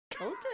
Okay